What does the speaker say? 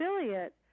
affiliate